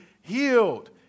healed